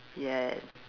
yes